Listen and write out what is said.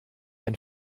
ein